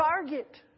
target